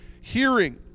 hearing